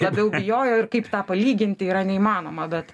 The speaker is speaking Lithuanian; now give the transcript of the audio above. labiau bijojo ir kaip tą palyginti yra neįmanoma bet